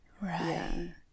right